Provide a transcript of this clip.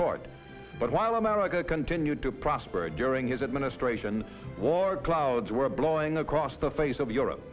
court but while america continued to prosper during his administration war clouds were blowing across the face of europe